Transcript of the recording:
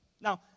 now